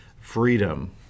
freedom